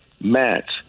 Matt